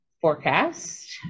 forecast